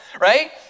Right